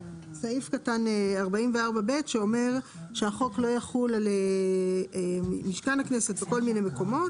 סעיף 44(ב) שאומר שהחוק לא יחול על משכן הכנסת ועל כל מיני מקומות.